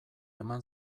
eman